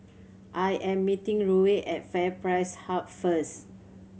I am meeting Ruie at FairPrice Hub first